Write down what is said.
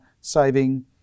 saving